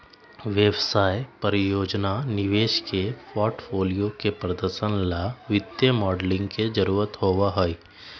व्यवसाय, परियोजना, निवेश के पोर्टफोलियन के प्रदर्शन ला वित्तीय मॉडलिंग के जरुरत होबा हई